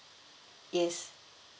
yes